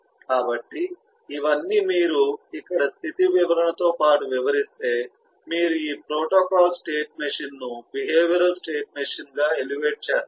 కాబట్టి ఇవన్నీ మీరు ఇక్కడ స్థితి వివరణతో పాటు వివరిస్తే మీరు ఈ ప్రోటోకాల్ స్టేట్ మెషీన్ను బిహేవియరల్ స్టేట్ మెషీన్ గా ఎలివేట్ చేస్తారు